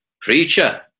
preacher